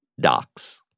docs